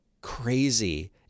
crazy